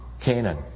Canaan